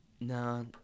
No